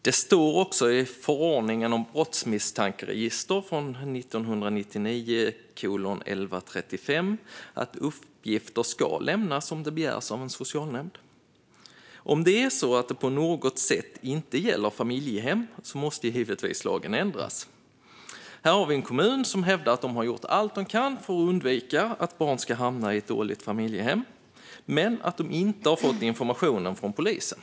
Det står också i förordningen om misstankeregister, 1999:1135, att uppgifter ska lämnas ut om det begärs av en socialnämnd. Om det på något sätt inte gäller familjehem måste givetvis lagen ändras. Här har vi en kommun som hävdar att man har gjort allt man kan för att barn inte ska hamna i ett dåligt familjehem men att man inte har fått information från polisen.